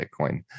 Bitcoin